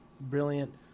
brilliant